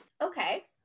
okay